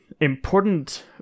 important